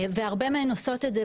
והרבה מהן עושות את זה,